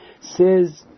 says